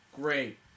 Great